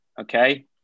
okay